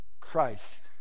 Christ